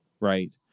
Right